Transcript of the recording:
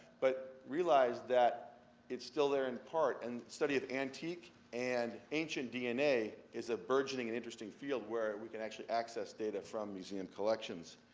but realize that it's still there in part, and the study of antique and ancient dna is a burgeoning and interesting field, where we can actually access data from museum collections.